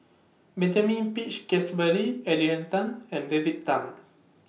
Benjamin Peach Keasberry Adrian Tan and David Tham